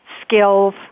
skills